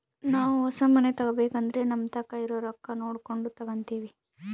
ನಾವು ಹೊಸ ಮನೆ ತಗಬೇಕಂದ್ರ ನಮತಾಕ ಇರೊ ರೊಕ್ಕ ನೋಡಕೊಂಡು ತಗಂತಿವಿ